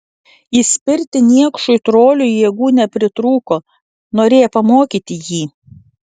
įspirti niekšui troliui jėgų nepritrūko norėjo pamokyti jį